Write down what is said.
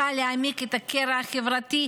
שממשיכה להעמיק את הקרע החברתי,